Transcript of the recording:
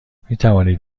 میتوانید